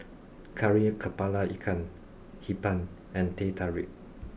Kari Kepala Ikan Hee Pan and Teh Tarik